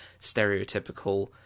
stereotypical